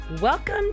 Welcome